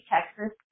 Texas